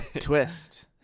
twist